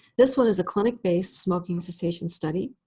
this one is a clinic-based smoking cessation study.